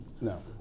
No